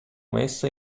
messa